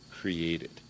created